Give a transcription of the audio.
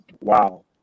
wow